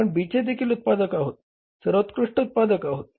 आपण B चे देखील उत्पादक आहोत सर्वोत्कृष्ट उत्पादक आहोत